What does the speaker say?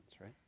right